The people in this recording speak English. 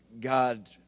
god